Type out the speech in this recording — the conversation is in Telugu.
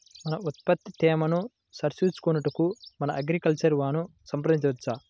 మన ఉత్పత్తి తేమను సరిచూచుకొనుటకు మన అగ్రికల్చర్ వా ను సంప్రదించవచ్చా?